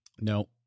no